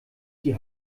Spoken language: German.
die